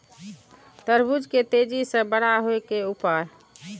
तरबूज के तेजी से बड़ा होय के उपाय?